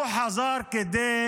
הוא חזר כדי